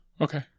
okay